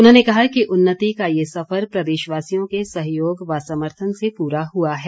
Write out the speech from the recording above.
उन्होंने कहा कि उन्नति का यह सफर प्रदेशवासियों के सहयोग व समर्थन से पूरा हुआ है